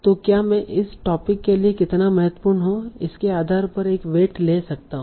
तो क्या मैं इस टोपिक के लिए कितना महत्वपूर्ण है इसके आधार पर एक वेट दे सकता हूं